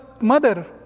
mother